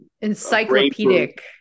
Encyclopedic